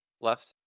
left